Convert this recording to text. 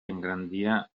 engrandia